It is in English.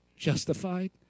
justified